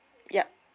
ya